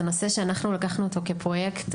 זה נושא שאנחנו לקחנו אותו כפרויקט.